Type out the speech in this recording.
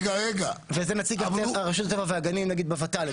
זה נציג רשות הטבע והגנים בוות"ל,